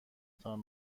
تان